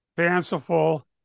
fanciful